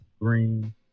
green